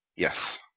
Yes